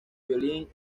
violín